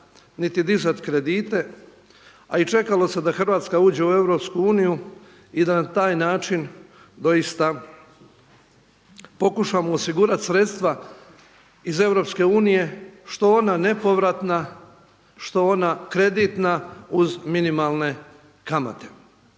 niti dizati kredite a i čekalo se da Hrvatska uđe u EU i da na taj način doista pokušamo osigurati sredstva iz EU što ona nepovratna, što ona kreditna uz minimalne kamate.